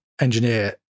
engineer